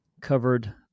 covered